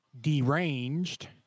deranged